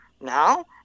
now